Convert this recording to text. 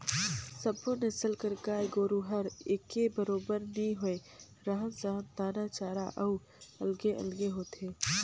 सब्बो नसल कर गाय गोरु हर एके बरोबर नी होय, रहन सहन, दाना चारा हर अलगे अलगे होथे